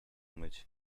myć